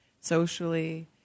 socially